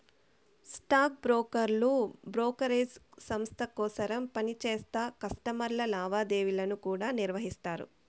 stock బ్రోకర్లు brokerage సంస్త కోసరం పనిచేస్తా కస్టమర్ల లావాదేవీలను కూడా నిర్వహిస్తారు